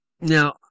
Now